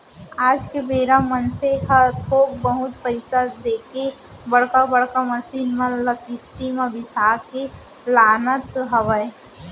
आज के बेरा मनखे मन ह थोक बहुत पइसा देके बड़का बड़का मसीन मन ल किस्ती म बिसा के लानत हवय